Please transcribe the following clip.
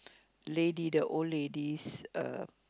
lady the old ladies uh